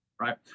Right